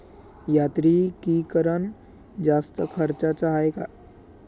यांत्रिकीकरण जास्त खर्चाचं हाये का?